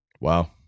Wow